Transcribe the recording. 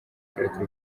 kurekura